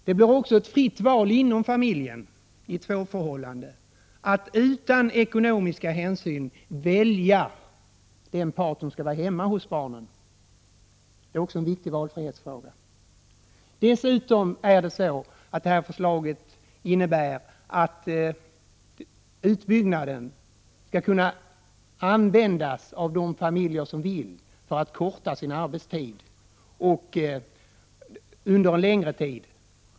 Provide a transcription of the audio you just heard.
Det blir också ett fritt val inom familjen, i parförhållanden, att utan ekonomiska hänsyn välja den part som skall vara hemma hos barnen. Det är också en viktig valfrihetsfråga. Detta förslag innebär dessutom att utbyggnaden skall kunna användas av de familjer som så vill för att korta sin arbetstid under en längre tid.